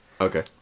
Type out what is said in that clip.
Okay